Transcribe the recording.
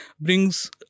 brings